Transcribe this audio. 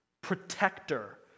protector